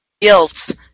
guilt